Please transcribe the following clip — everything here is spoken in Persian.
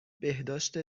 بهداشت